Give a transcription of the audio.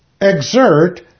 exert